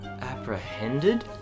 Apprehended